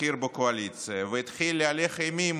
בכיר בקואליציה, והתחיל להלך אימים